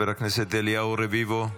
חבר הכנסת אליהו רביבו.